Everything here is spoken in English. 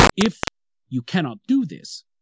if you cannot do this,